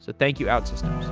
so thank you, outsystems.